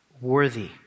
worthy